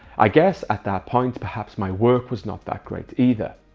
i guess at that point, perhaps my work was not that great either.